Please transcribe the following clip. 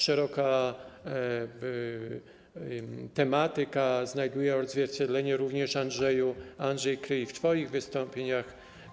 Szeroka tematyka znajduje odzwierciedlenie również, Andrzeju Kryj, w twoich wystąpieniach.